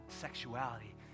sexuality